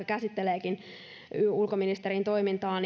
käsitteleekin ulkoministerin toimintaa